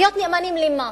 להיות נאמנים למה?